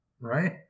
right